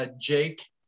Jake